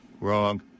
Wrong